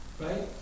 Right